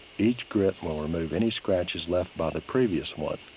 each grit will remove any scratches left by the previous one.